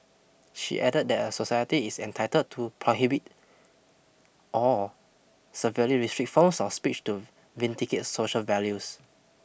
she added that a society is entitled to prohibit or severely restrict forms of speech to vindicate social values